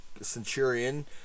centurion